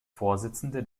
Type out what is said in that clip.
vorsitzende